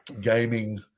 gaming